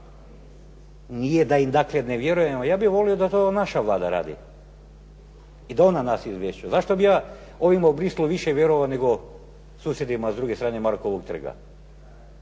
nije da im dakle ne vjerujemo. Ja bih volio da to naša Vlada radi i da ona nas izvješćuje. Zašto bih ja ovima u Bruxellesu više vjerovao nego susjedima s druge strane Markovog trga?